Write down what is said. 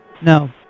no